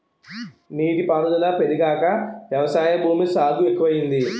నీటి పారుదుల పెరిగాక వ్యవసాయ భూమి సాగు ఎక్కువయింది